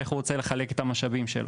איך הוא רוצה לחלק את המשאבים שלו.